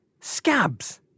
Scabs